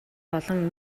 болон